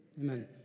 amen